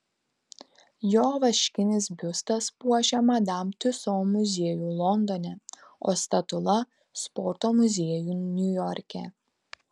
jo vaškinis biustas puošia madam tiuso muziejų londone o statula sporto muziejų niujorke